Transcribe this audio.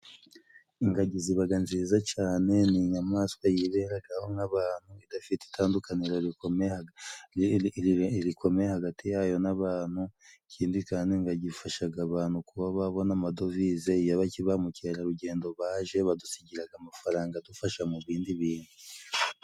Ingagi zibaga nziza cane ni inyamaswa yiberagaho nk'abantu idafite itandukaniro rikomeye haga ri rikomeye hagati yayo n'abantu, ikindi kandi ngo ifashaga abantu kuba babona amadovize, iyo ba ba Mukerarugendo baje badusigiraga amafaranga adufasha mu bindi bintu.